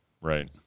Right